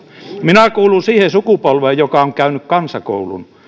minä kuulun siihen sukupolveen joka on käynyt kansakoulun